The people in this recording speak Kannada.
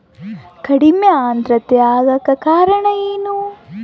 ಕಡಿಮೆ ಆಂದ್ರತೆ ಆಗಕ ಕಾರಣ ಏನು?